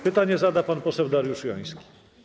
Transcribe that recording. Pytanie zada pan poseł Dariusz Joński.